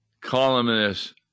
columnist